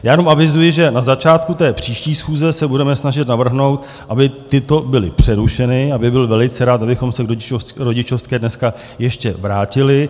Já jenom avizuji, že na začátku té příští schůze se budeme snažit navrhnout, aby tyto byly přerušeny já bych byl velice rád, abychom se k rodičovské dneska ještě vrátili.